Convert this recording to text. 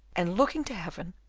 and, looking to heaven,